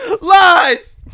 lies